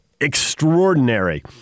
extraordinary